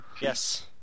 Yes